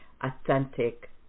authentic